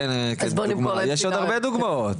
יש עוד הרבה דוגמאות.